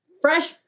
fresh